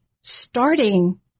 starting